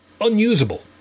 unusable